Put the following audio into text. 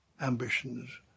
ambitions